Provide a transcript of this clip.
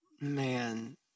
Man